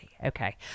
Okay